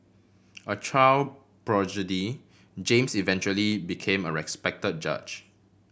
a child James eventually became a respect judge